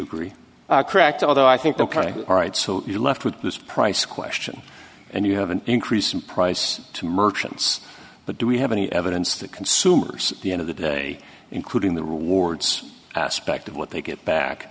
agree correct although i think the right so you're left with this price question and you have an increase in price to merchants but do we have any evidence that consumers the end of the day including the rewards aspect of what they get back